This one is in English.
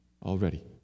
Already